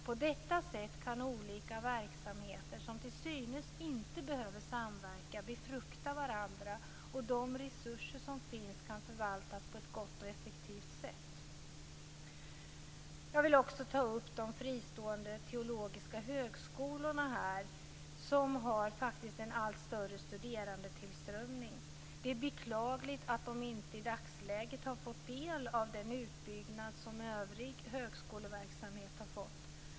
På detta sätt kan olika verksamheter som till synes inte behöver samverka befrukta varandra, och de resurser som finns kan förvaltas på ett gott och effektivt sätt. Jag vill också ta upp de fristående teologiska högskolorna som faktiskt har en allt större studerandetillströmning. Det är beklagligt att de inte i dagsläget har fått del av den utbyggnad som övrig högskoleverksamhet har fått.